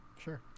sure